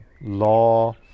law